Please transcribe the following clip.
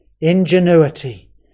ingenuity